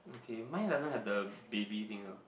okay mine doesn't have the baby thing now